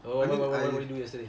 I mean I